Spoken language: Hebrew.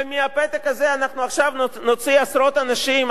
ומהפתק הזה אנחנו עכשיו נוציא עשרות אנשים,